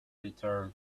return